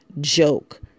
joke